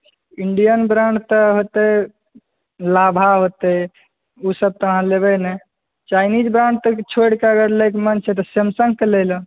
Indian brand तऽ होतै लाभा होतै ओसभ तऽ अहाँ लेबै नहि चाइनीज़ ब्राण्ड छोड़ि कऽ अगर लैके मन छै तऽ सैमसंग के लए लऽ